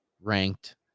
ranked